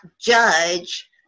judge